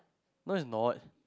no it's not